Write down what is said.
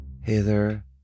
Hither